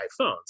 iPhones